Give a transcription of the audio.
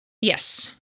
yes